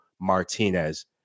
Martinez